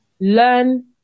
learn